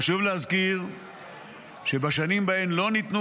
חשוב להזכיר שבשנים שבהן לא ניתנו